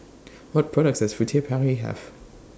What products Does Furtere Paris Have